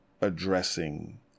addressing